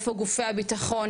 איפה גופי הביטחון?